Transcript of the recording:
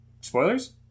Spoilers